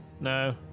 No